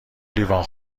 لیوان